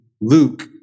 Luke